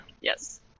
Yes